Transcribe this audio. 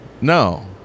No